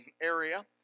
area